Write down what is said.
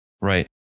right